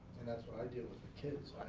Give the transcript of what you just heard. and that's what i i deal with the kids,